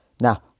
Now